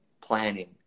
planning